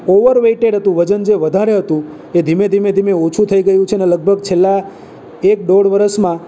over weighted હતું વજન જે વધારે હતું એ ધીમે ધીમે ધીમે ઓછું થઈ ગયું છે ને લગભગ છેલ્લાં એક દોઢ વરસમાં